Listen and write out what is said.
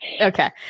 Okay